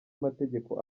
amategeko